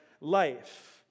life